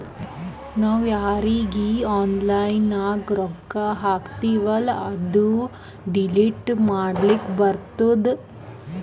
ನಾವ್ ಯಾರೀಗಿ ಆನ್ಲೈನ್ನಾಗ್ ರೊಕ್ಕಾ ಹಾಕ್ತಿವೆಲ್ಲಾ ಅದು ಡಿಲೀಟ್ ಮಾಡ್ಲಕ್ ಬರ್ತುದ್